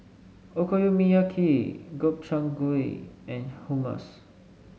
Okonomiyaki Gobchang Gui and Hummus